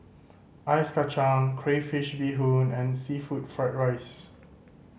ice kacang crayfish beehoon and seafood fried rice